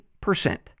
percent